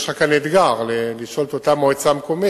יש לך כאן אתגר לשאול את אותה מועצה מקומית,